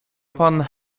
pan